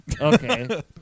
okay